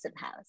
House